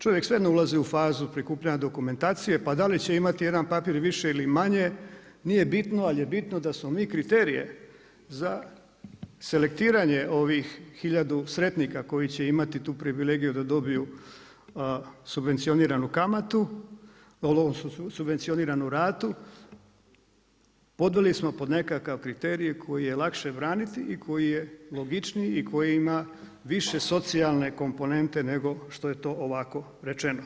Čovjek sve ne ulazi u fazu prikupljanja dokumentacije, pa da li će imati jedan papir više ili manje, nije bitno, ali je bitno da smo mi kriterije za selektiranje ovih tisuću sretnika koji će imati tu privilegiju da dobiju subvencioniranu ratu podveli smo pod nekakav kriterij koji je lakše braniti i koji je logičniji i koji ima više socijalne komponente nego što je to ovako rečeno.